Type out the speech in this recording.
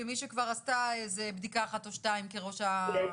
כמי שעשתה כבר בדיקה אחת או שתיים כראש המועצה?